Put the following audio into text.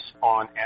on